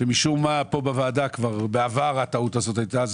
שמשום מה פה בוועדה כבר בעבר הטעות הזו הייתה זה